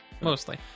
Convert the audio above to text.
mostly